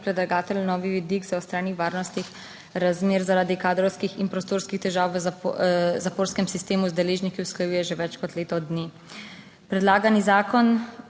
(Nadaljevanje) zaostrenih varnostnih razmer zaradi kadrovskih in prostorskih težav v zaporskem sistemu z deležniki usklajuje že več kot leto dni. Predlagani zakon